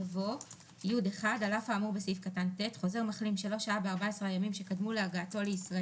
ו-20ז לפקודת בריאות העם,1940 (להלן - הפקודה),